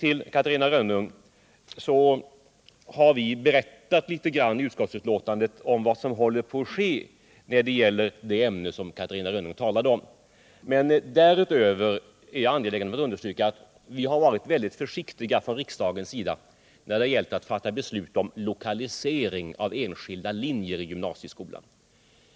I betänkandet har vi sagt något om vad som håller på att ske inom det ämne som Catarina Rönnung talade om. Därutöver är jag angelägen att understryka att vi från riksdagens sida har varit försiktiga när det gällt att fatta beslut om lokalisering av enskilda linjer i gymnasieskolan.